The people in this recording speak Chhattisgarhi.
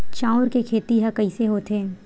चांउर के खेती ह कइसे होथे?